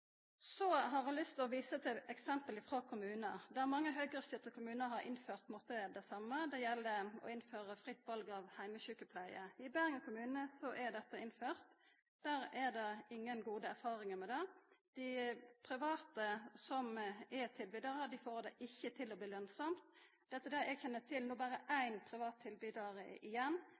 Så har eg lyst til å visa til eksempel frå kommunar. Mange høgrestyrte kommunar har innført det same. Det gjeld fritt val av heimesjukepleie. I Bergen kommune er dette innført. Der er det ingen gode erfaringar med det. Dei private, som er tilbydarar, får det ikkje til å bli lønnsamt. Etter det eg kjenner til, er det no berre ein privat tilbydar igjen.